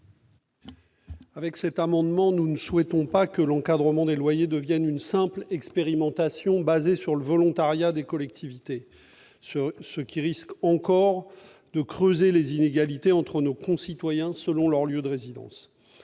l'amendement n° 222. Nous ne souhaitons pas que l'encadrement des loyers devienne une simple expérimentation fondée sur le volontariat des collectivités, car cela risque encore de creuser les inégalités entre nos concitoyens selon leur lieu de résidence.